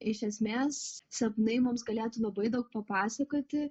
iš esmės sapnai mums galėtų labai daug papasakoti